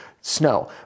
Snow